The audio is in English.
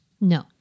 No